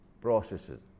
processes